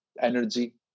energy